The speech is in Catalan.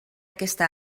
aquesta